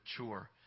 mature